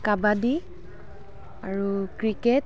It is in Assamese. কাবাডী আৰু ক্ৰিকেট